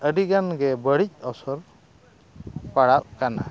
ᱟᱹᱰᱤ ᱜᱟᱱᱜᱮ ᱵᱟᱹᱲᱤᱡ ᱚᱨᱥᱚᱝ ᱯᱟᱲᱟᱜ ᱠᱟᱱᱟ